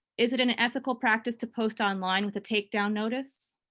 is it an ethical practice to post online with a takedown notice?